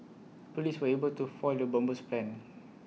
Police were able to foil the bomber's plans